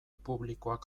publikoak